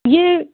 یہ